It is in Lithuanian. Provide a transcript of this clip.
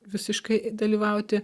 visiškai dalyvauti